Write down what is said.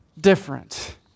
different